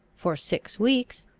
for six weeks,